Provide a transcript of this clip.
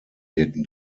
wirken